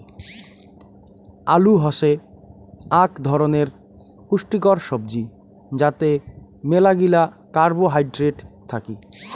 আলু হসে আক ধরণের পুষ্টিকর সবজি যাতে মেলাগিলা কার্বোহাইড্রেট থাকি